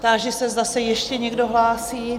Táži se, zda se ještě někdo hlásí?